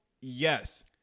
yes